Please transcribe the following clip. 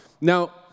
Now